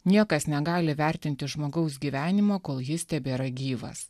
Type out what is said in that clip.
niekas negali vertinti žmogaus gyvenimo kol jis tebėra gyvas